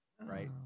right